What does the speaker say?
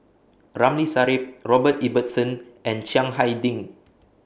Ramli Sarip Robert Ibbetson and Chiang Hai Ding